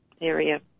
area